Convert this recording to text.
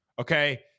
Okay